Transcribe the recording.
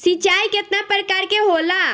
सिंचाई केतना प्रकार के होला?